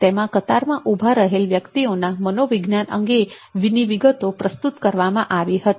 તેમાં કતારમાં ઉભા રહેલા વ્યક્તિઓના મનોવિજ્ઞાન અંગેની વિગતો પ્રસ્તુત કરવામાં આવી હતી